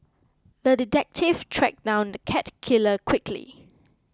the detective tracked down the cat killer quickly